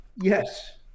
Yes